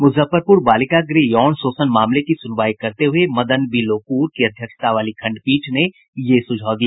मुजफ्फरपुर बालिका गृह यौन शोषण मामले की सुनवाई करते हुये मदन बी लोकुर की अध्यक्षता वाली खंडपीठ ने ये सुझाव दिया